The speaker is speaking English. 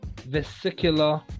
vesicular